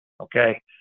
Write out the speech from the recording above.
okay